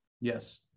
Yes